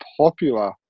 popular